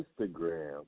Instagram